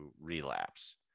relapse